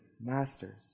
masters